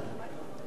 בוודאי.